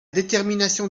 détermination